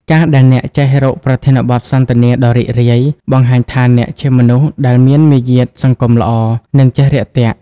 ការដែលអ្នកចេះរកប្រធានបទសន្ទនាដ៏រីករាយ បង្ហាញថាអ្នកជាមនុស្សដែលមានមារយាទសង្គមល្អ និងចេះរាក់ទាក់។